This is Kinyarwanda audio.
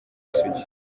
isugi